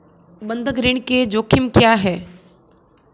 बंधक ऋण के जोखिम क्या हैं?